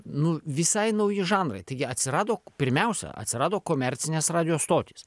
nu visai nauji žanrai taigi atsirado pirmiausia atsirado komercinės radijo stotys